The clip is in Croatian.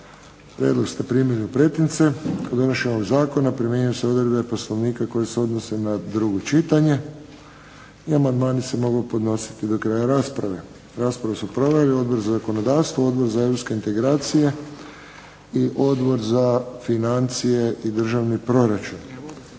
Prijedlog ste primili u pretince. Kod donošenja ovog zakona primjenjuju se odredbe Poslovnika koje se odnose na drugo čitanje i amandmani se mogu podnositi do kraja rasprave. Raspravu su proveli Odbor za zakonodavstvo, Odbor za europske integracije i Odbor za financije i državni proračun.